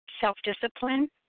Self-discipline